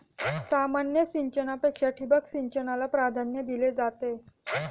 सामान्य सिंचनापेक्षा ठिबक सिंचनाला प्राधान्य दिले जाते